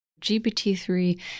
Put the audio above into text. GPT-3